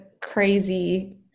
crazy